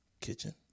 kitchen